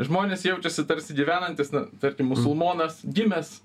žmonės jaučiasi tarsi gyvenantys na tarkim musulmonas gimęs